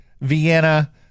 Vienna